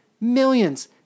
millions